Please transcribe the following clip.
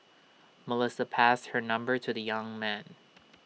Melissa passed her number to the young man